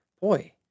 boy